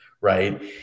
right